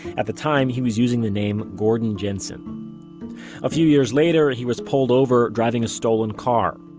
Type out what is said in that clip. at the time he was using the name gordon jensen a few years later he was pulled over driving a stolen car.